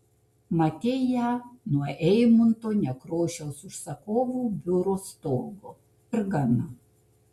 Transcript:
matei ją nuo eimunto nekrošiaus užsakovų biuro stogo ir gana